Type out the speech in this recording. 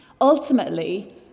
Ultimately